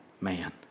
man